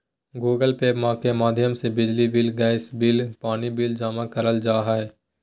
Google Pay के माध्यम से बिजली बिल, गैस बिल, पानी बिल जमा करल जा हय